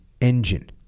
engine